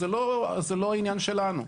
זה לא העניין שלנו.